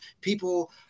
people